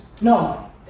no